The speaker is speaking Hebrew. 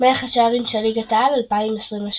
מלך השערים של ליגת העל 2023/2024